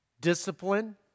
Discipline